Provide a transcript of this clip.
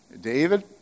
David